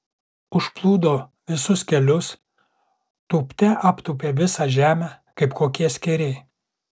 užplūdo visus kelius tūpte aptūpė visą žemę kaip kokie skėriai